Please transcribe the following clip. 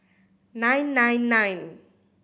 nine nine nine